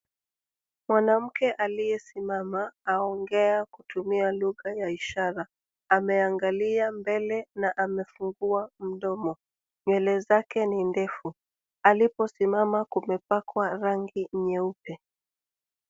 Mwanamke aliyesimama aongea kutumia lugha ya ishara. Ameangalia mbele na amefungua mdomo. Nywele zake ni ndefu. Aliposimama kumepakwa rangi nyeupe.